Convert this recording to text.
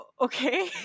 okay